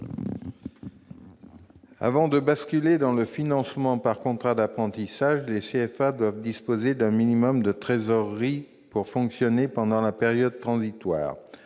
Avant de basculer dans le financement par contrat d'apprentissage, les CFA doivent disposer d'un minimum de trésorerie pour fonctionner pendant la période transitoire.